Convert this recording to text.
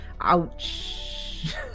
Ouch